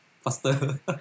faster